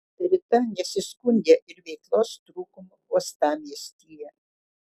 rita nesiskundė ir veiklos trūkumu uostamiestyje